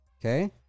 Okay